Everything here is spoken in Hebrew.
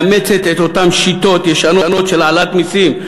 מאמצת את אותן שיטות ישנות של העלאת מסים.